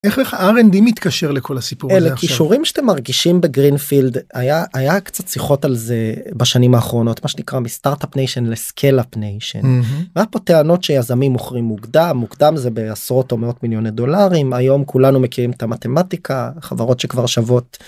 איך לך R&D מתקשר לכל הסיפור? אלה קישורים שאתם מרגישים בגרינפילד, היה היה קצת שיחות על זה בשנים האחרונות מה שנקרא. מסטארט-אפ ניישן לסקייל-אפ ניישן. היו פה טענות שיזמים מוכרים מוקדם, מוקדם זה בעשרות אומרות מיליוני דולרים היום כולנו מכירים את המתמטיקה, חברות שכבר שוות...